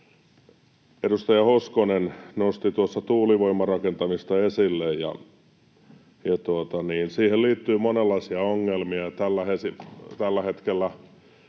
Edustaja Hoskonen nosti tuossa tuulivoimarakentamista esille, ja siihen liittyy monenlaisia ongelmia tällä hetkellä: